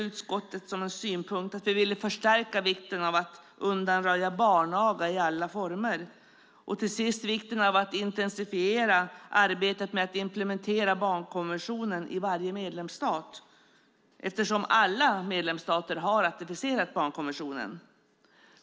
Utskottet vill vidare skärpa vikten av att undanröja barnaga i alla former och till sist poängtera vikten av att intensifiera arbetet med att implementera barnkonventionen i varje medlemsstat eftersom alla medlemsstater har ratificerat barnkonventionen.